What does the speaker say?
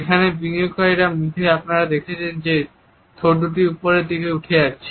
এখানে বিনিয়োগকারীর মুখে আপনারা দেখছেন যে ঠোঁট দুটি উপরের দিকে উঠে যাচ্ছে